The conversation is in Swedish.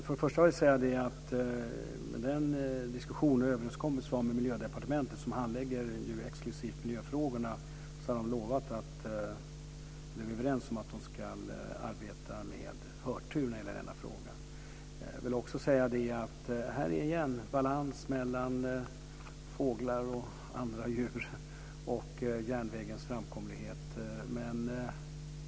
Fru talman! I den diskussion och den överenskommelse vi har med Miljödepartementet som exklusivt handlägger miljöfrågorna är vi överens om att de ska arbeta med förtur i denna fråga. Här handlar det återigen om balans mellan fåglar och andra djur och järnvägens framkomlighet.